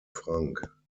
frank